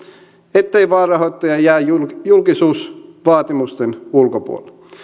ettei vaalirahoittaja jää julkisuusvaatimusten ulkopuolelle